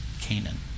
Canaan